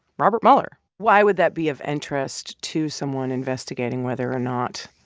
robert mueller. why would that be of interest to someone investigating whether or not